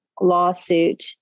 lawsuit